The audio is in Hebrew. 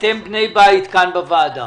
אתם בני בית כאן בוועדה.